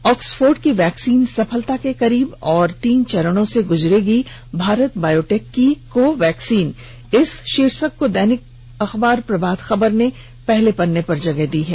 Oxford की vaccine सफलता के करीब और तीन चरणों से गुजरेगी भारत बायोटेक की कोवैक्सिन इस शीर्षक को दैनिक अखबार प्रभात खबर ने पहले पन्ने पर जेगह दी है